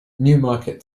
newmarket